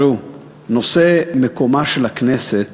ראו, נושא מקומה של הכנסת